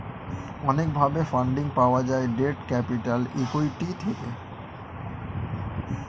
অনেক ভাবে ফান্ডিং পাওয়া যায় ডেট ক্যাপিটাল, ইক্যুইটি থেকে